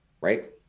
Right